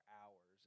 hours